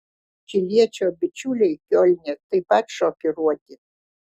čiliečio bičiuliai kiolne taip pat šokiruoti